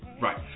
right